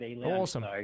Awesome